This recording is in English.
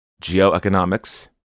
geoeconomics